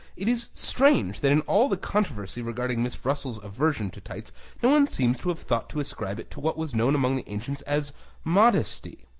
it is strange that in all the controversy regarding miss russell's aversion to tights no one seems to have thought to ascribe it to what was known among the ancients as modesty.